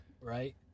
right